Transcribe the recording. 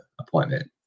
appointment